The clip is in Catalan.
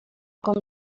com